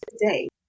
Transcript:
today